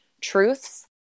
truths